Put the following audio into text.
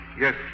Yes